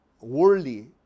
worldly